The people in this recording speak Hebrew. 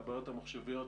והבעיות המחשוביות,